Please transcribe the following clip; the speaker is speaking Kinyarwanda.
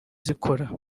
rikora